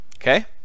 Okay